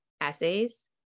essays